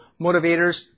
motivators